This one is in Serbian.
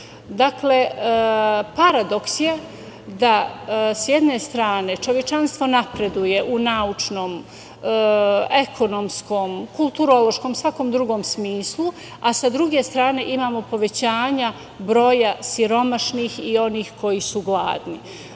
Dakle, paradoks je da s jedne strane, čovečanstvo napreduje u naučnom, ekonomskom, kulturološkom, svakom drugom smislu, a sa druge strane imamo povećanja broja siromašnih i onih koji su gladni. Dakle,